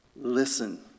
Listen